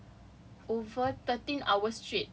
it was so much time lah I actually spent